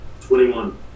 Twenty-one